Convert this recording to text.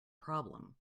problem